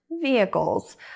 vehicles